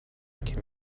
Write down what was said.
can